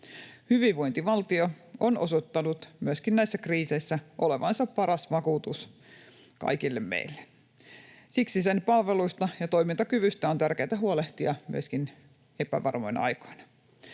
Hyvinvointivaltio on osoittanut myöskin näissä kriiseissä olevansa paras vakuutus kaikille meille. Siksi sen palveluista ja toimintakyvystä on tärkeätä huolehtia myöskin epävarmoina aikoina.